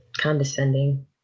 Condescending